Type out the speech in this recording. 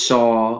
Saw